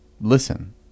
listen